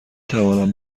توانم